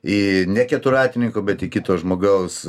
į ne keturratininko bet į kito žmogaus